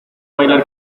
bailar